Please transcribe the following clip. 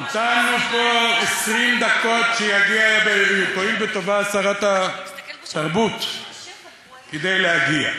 המתנו פה 20 דקות עד ששרת התרבות תואיל בטובה להגיע.